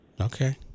Okay